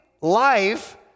life